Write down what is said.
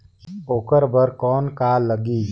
ओकर बर कौन का लगी?